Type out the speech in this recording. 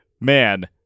man